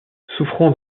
souffrant